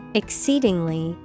exceedingly